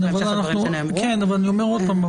אני אומר עוד פעם,